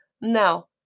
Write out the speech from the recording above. Now